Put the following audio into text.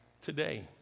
today